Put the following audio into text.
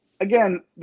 Again